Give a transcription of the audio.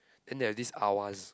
then there is this Awaz